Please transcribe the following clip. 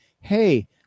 hey